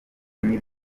n’ibi